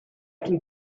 can